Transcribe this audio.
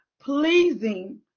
pleasing